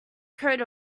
coat